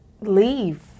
leave